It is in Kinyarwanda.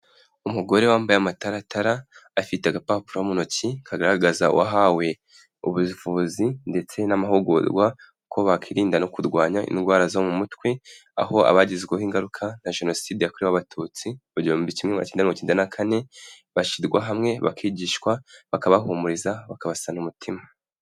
Umugore wambaye amataratara afite agapapuro mu ntoki, kagaragaza uwahawe ubuvuzi ndetse n'amahugurwa ko bakwinda no kurwanya indwara zo mu mutwe. Aho abagizweho ingaruka na jenoside yakorewe abatutsi mu gihumbi kimwe magana cyenda mirongo icyenda na kane, bashyirwa hamwe bakigishwa bakabahumuriza bakabasana umutima.